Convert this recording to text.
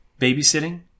babysitting